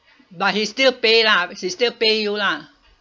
but he still pay lah he still pay you lah